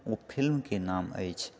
ओ फिल्मके नाम अछि